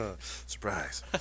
Surprise